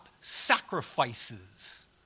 sacrifices